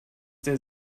der